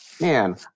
man